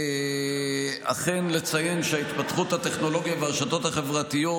אכן לציין שההתפתחות הטכנולוגית והרשתות החברתיות